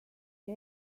had